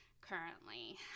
currently